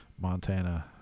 Montana